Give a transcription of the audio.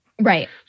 Right